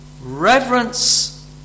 reverence